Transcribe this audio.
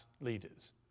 leaders